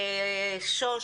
שוש,